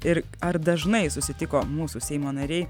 ir ar dažnai susitiko mūsų seimo nariai